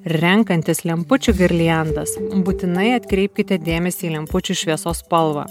renkantis lempučių girliandas būtinai atkreipkite dėmesį į lempučių šviesos spalvą